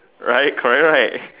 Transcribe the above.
right correct right